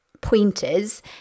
pointers